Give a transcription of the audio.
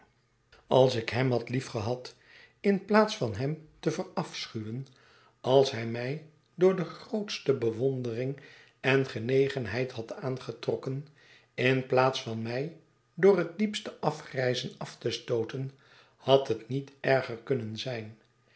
als ik hem had liefgehad in plaats van hem te verafschuwen als hij mij door de grobtste bewondering en genegenheid had aangetrokken in plaats van mij door het diepste afgrijzen af te stooten had het niet erger kunnen zijn